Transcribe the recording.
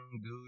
dude